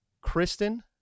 kristen